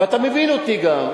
ואתה מבין אותי גם.